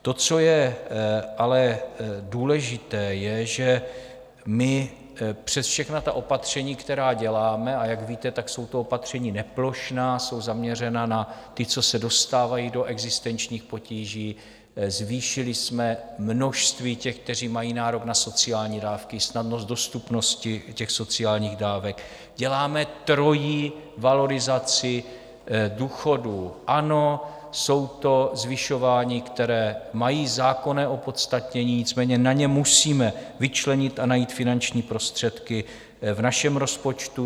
To, co je ale důležité, je, že přes všechna opatření, která děláme, a jak víte, jsou to opatření neplošná, jsou zaměřena na ty, co se dostávají do existenčních potíží zvýšili jsme množství těch, kteří mají nárok na sociální dávky, snadnost dostupnosti sociálních dávek, děláme trojí valorizaci důchodů ano, jsou to zvyšování, která mají zákonné opodstatnění, nicméně na ně musíme vyčlenit a najít finanční prostředky v našem rozpočtu.